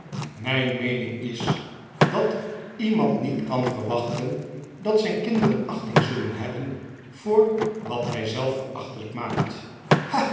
mijn meening is dat iemand niet kan verwachten dat zijn kinderen achting zullen hebben voor wat hij zelf verachtelijk maakt